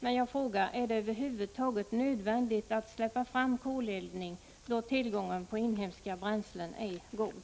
Men jag vill fråga: Är det över huvud taget nödvändigt att släppa fram koleldning då tillgången på inhemska bränslen är god?